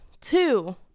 Two